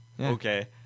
Okay